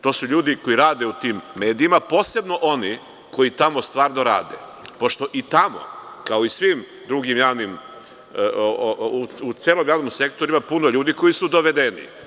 To su ljudi koji rade u tim medijima, posebno oni koji tamo stvarno rade, pošto i tamo kao i u celom javnom sektoru ima puno ljudi koji su dovedeni.